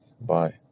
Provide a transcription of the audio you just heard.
bye